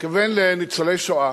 כבן לניצולי שואה,